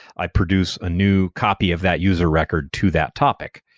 i produce a new copy of that user record to that topic.